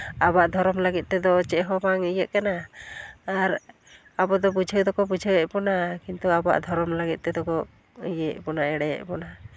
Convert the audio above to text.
ᱟᱵᱚᱣᱟᱜ ᱫᱷᱚᱨᱚᱢ ᱞᱟᱹᱜᱤᱫ ᱛᱮᱫᱚ ᱪᱮᱫ ᱦᱚᱸ ᱵᱟᱝ ᱤᱭᱟᱹᱜ ᱠᱟᱱᱟ ᱟᱨ ᱟᱵᱚ ᱫᱚ ᱵᱩᱡᱷᱟᱹᱣ ᱫᱚᱠᱚ ᱵᱩᱡᱷᱟᱹᱣ ᱮᱫ ᱵᱚᱱᱟ ᱠᱤᱱᱛᱩ ᱟᱵᱚᱣᱟᱜ ᱫᱷᱚᱨᱚᱢ ᱞᱟᱹᱜᱤᱫ ᱛᱮᱫᱚ ᱠᱚ ᱤᱭᱟᱹᱭᱮᱫ ᱵᱚᱱᱟ ᱮᱲᱮᱭᱮᱫ ᱵᱚᱱᱟ